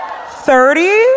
Thirty